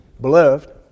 Beloved